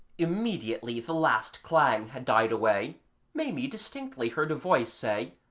immediately the last clang had died away maimie distinctly heard a voice say,